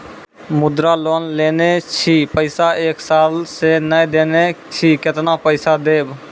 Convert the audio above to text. मुद्रा लोन लेने छी पैसा एक साल से ने देने छी केतना पैसा देब?